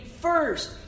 first